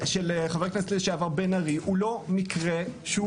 חבר הכנסת לשעבר בן ארי הוא לא מקרה שהוא